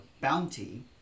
bounty